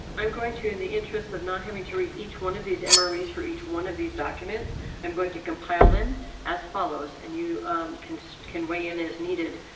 i'm going to in the interest of not having to read each one of these memories for each one of these documents i'm going to compile them as follows and you can so can weigh in as needed.